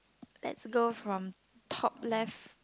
let's go from top left